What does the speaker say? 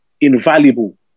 invaluable